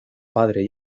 padre